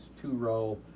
two-row